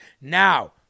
Now